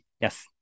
Yes